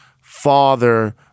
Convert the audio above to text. father